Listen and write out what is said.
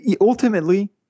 Ultimately